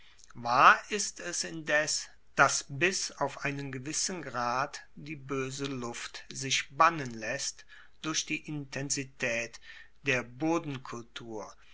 wahr ist es indes dass bis auf einen gewissen grad die boese luft sich bannen laesst durch die intensitaet der